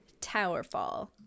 Towerfall